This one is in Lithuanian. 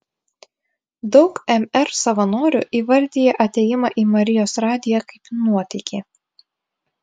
daug mr savanorių įvardija atėjimą į marijos radiją kaip nuotykį